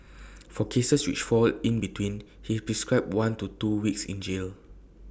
for cases which fall in between he prescribed one to two weeks in jail